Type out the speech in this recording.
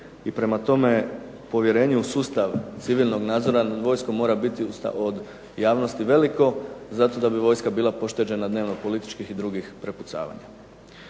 i prema tome, povjerenje u sustav civilnog nadzora nad vojskom mora biti od javnosti veliko zato da bi vojska bila pošteđena dnevno političkih prepucavanja.